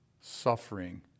suffering